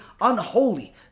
unholy